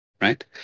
right